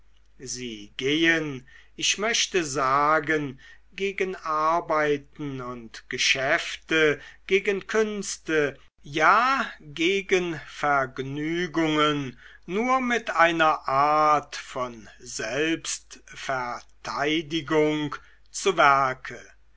sie gehen ich möchte sagen gegen arbeiten und geschäfte gegen künste ja gegen vergnügungen nur mit einer art von selbstverteidigung zu werke